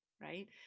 right